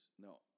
No